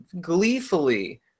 gleefully